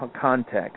context